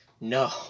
No